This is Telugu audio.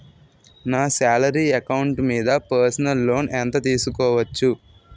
నా సాలరీ అకౌంట్ మీద పర్సనల్ లోన్ ఎంత తీసుకోవచ్చు?